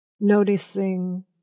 noticing